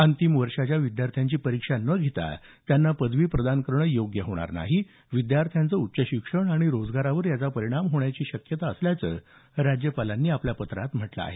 अंतिम वर्षाच्या विद्यार्थ्यांची परीक्षा न घेता त्यांना पदवी प्रदान करणं योग्य होणार नाही विद्यार्थ्यांचं उच्च शिक्षण आणि रोजगारावर याचा परिणाम होण्याची शक्यता असल्याचं राज्यपालांनी आपल्या पत्रात म्हटलं आहे